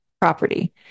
property